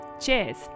Cheers